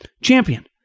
champion